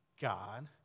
God